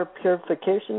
purification